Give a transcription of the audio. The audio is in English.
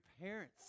parents